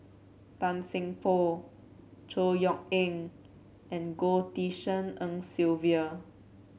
Tan Seng Poh Chor Yeok Eng and Goh Tshin En Sylvia